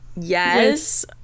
yes